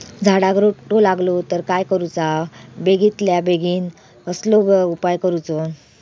झाडाक रोटो लागलो तर काय करुचा बेगितल्या बेगीन कसलो उपाय करूचो?